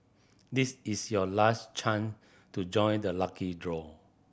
this is your last chance to join the lucky draw